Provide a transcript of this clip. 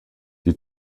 die